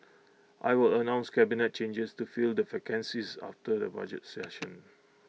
I will announce cabinet changes to fill the vacancies after the budget session